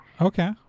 Okay